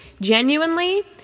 genuinely